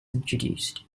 introduced